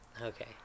Okay